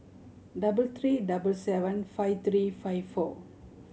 double three double seven five three five four